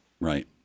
Right